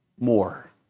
More